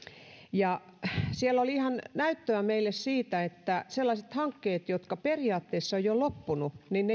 siellä oli ihan näyttöä meille siitä että sellaiset hankkeet jotka periaatteessa ovat jo loppuneet